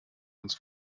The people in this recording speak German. uns